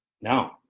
No